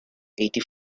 eighty